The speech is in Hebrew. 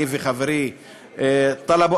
אני וחברי טלב,